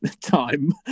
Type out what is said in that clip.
time